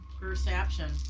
Perception